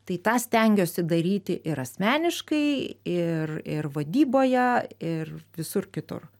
tai tą stengiuosi daryti ir asmeniškai ir ir vadyboje ir visur kitur